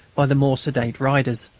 by their more sedate riders.